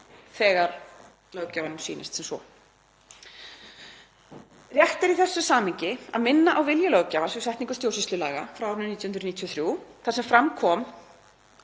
þegar löggjafanum sýnist sem svo. Rétt er í því samhengi að minna á vilja löggjafans við setningu stjórnsýslulaga, nr. 37/1993, þar sem fram kom